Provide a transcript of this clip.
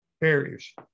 barriers